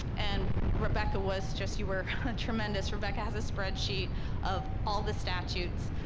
and rebecca was. just you were tremendous. rebecca has a spreadsheet of all the statutes,